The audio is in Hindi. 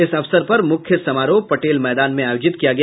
इस अवसर पर मुख्य समारोह पटेल मैदान मे आयोजित किया गया